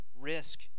risk